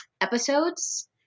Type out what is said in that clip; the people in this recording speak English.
episodes